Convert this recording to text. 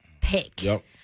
pick